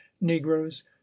negroes